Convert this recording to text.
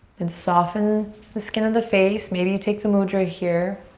then soften the skin of the face. maybe you take the mudra here.